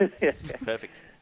Perfect